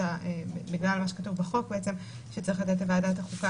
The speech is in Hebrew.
בגלל מה שכתוב בחוק שצריך לתת לוועדת החוקה